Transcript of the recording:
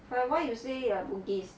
but why you say like bugis